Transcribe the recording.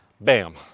bam